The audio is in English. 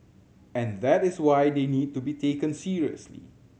and that is why they need to be taken seriously